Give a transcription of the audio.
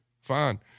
Fine